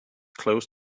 close